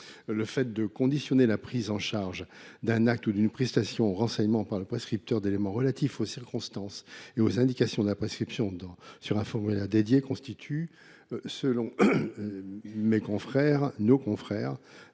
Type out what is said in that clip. le fait de conditionner la prise en charge d’un acte ou d’une prestation au renseignement par le prescripteur d’éléments relatifs aux circonstances et aux indications de la prescription sur un formulaire spécifique constitue, selon nos confrères,